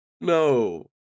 no